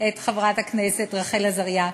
את חברת הכנסת רחל עזריה.